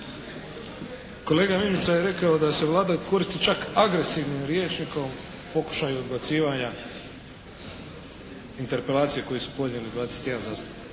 Kolega Mimica je rekao da se Vlada koristi čak agresivnim rječnikom u pokušaju odbacivanja interpelacije koju su podnijeli 21 zastupnik.